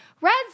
Reds